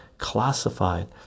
Classified